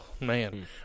man